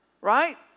right